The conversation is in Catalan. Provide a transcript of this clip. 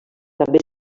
també